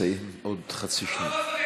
אתה מסיים עוד חצי דקה,